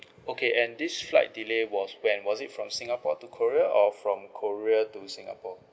okay and this flight delay was when was it from singapore to korea or from korea to singapore